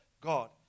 God